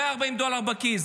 140 דולר בכיס,